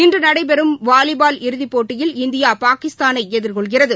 இன்றுநடைபெறும் வாலிபால் இறுதிப் போட்டியில் இந்தியா பாகிஸ்தாளைஎதிர்கொள்கிறது